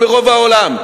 השונה מרוב העולם,